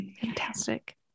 Fantastic